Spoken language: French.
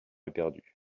éperdus